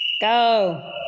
Go